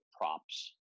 props